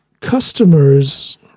customer's